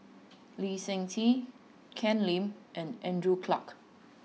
Lee Seng Tee Ken Lim and Andrew Clarke